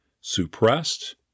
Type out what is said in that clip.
suppressed